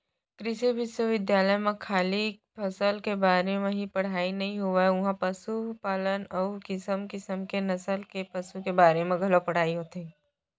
कृषि बिस्वबिद्यालय म खाली फसल के बारे म ही पड़हई नइ होवय उहॉं पसुपालन अउ किसम किसम के नसल के पसु के बारे म घलौ पढ़ाई होथे